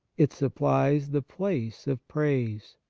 it supplies the place of praise.